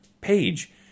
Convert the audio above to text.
page